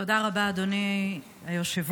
תודה רבה, אדוני היושב-ראש.